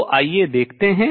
तो आइए देखते हैं